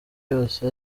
yose